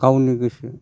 गावनि गोसो